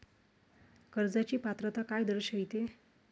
कर्जाची पात्रता काय दर्शविते?